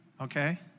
okay